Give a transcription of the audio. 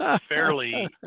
fairly